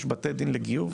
יש בתי דין לגיור,